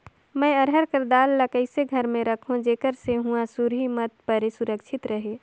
मैं अरहर कर दाल ला कइसे घर मे रखों जेकर से हुंआ सुरही मत परे सुरक्षित रहे?